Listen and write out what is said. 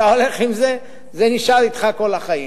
אתה הולך עם זה, זה נשאר אתך כל החיים.